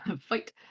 Fight